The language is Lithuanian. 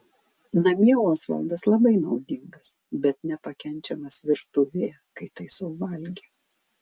namie osvaldas labai naudingas bet nepakenčiamas virtuvėje kai taisau valgį